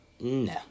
no